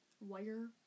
Wire